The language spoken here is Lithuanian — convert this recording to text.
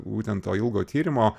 ūtent po ilgo tyrimo